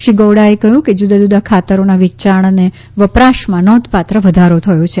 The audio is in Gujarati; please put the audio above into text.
શ્રી ગોવડાએ કહ્યું કે જુદા જુદા ખાતરોના વેચાણ અને વપરાશમાં નોંધપાત્ર વધારો થયો છે